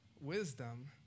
Wisdom